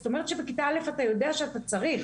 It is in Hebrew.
זאת אומרת שבכיתה א' אתה יודע שאתה צריך,